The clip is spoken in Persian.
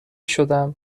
شدم